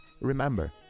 Remember